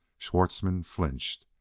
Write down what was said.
schwartzmann flinched,